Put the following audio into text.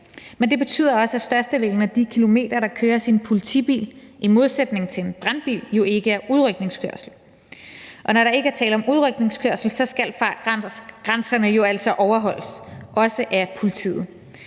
Men det betyder også, at størstedelen af de kilometer, der køres i en politibil, i modsætning til en brandbil jo ikke er udrykningskørsel. Og når der ikke er tale om udrykningskørsel, skal fartgrænserne jo altså overholdes, også af politiet,